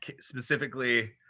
specifically